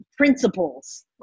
Principles